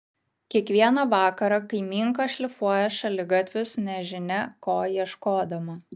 kiekvieną vakarą kaimynka šlifuoja šaligatvius nežinia ko ieškodama